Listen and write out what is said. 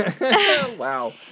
Wow